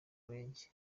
murenge